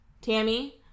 Tammy